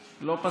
לא.